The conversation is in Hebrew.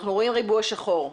אנחנו רואים ריבוע שחור.